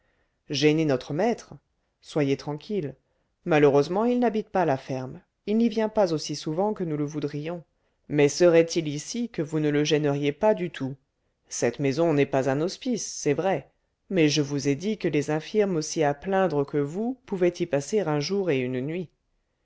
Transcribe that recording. gêner notre maître soyez tranquille malheureusement il n'habite pas la ferme il n'y vient pas aussi souvent que nous le voudrions mais serait-il ici que vous ne le gêneriez pas du tout cette maison n'est pas un hospice c'est vrai mais je vous ai dit que les infirmes aussi à plaindre que vous pouvaient y passer un jour et une nuit